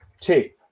tape